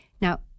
Now